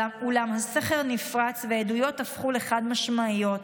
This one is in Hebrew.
אולם הסכר נפרץ ועדויות הפכו לחד-משמעיות,